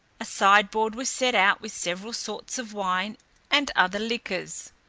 a side-board was set out with several sorts of wine and other liquors.